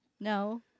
No